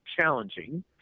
challenging